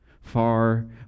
far